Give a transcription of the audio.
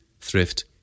thrift